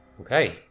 Okay